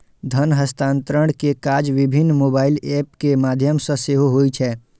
धन हस्तांतरण के काज विभिन्न मोबाइल एप के माध्यम सं सेहो होइ छै